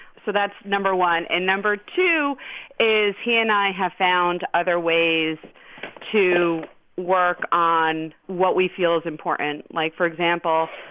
so that's number one. and number two is he and i have found other ways to work on what we feel is important. like, for example,